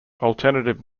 alternative